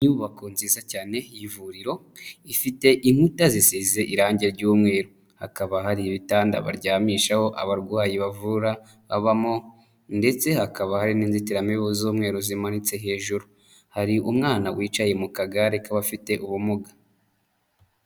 Inyubako nziza cyane y'ivuriro, ifite inkuta zisize irangi ry'umweru, hakaba hari ibitanda baryamishaho abarwayi bavura babamo ndetse hakaba hari n'inzitiramibu z'umweru zimanitse hejuru, hari umwana wicaye mu kagare k'abafite ubumuga.